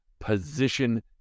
position